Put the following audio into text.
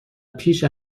پیش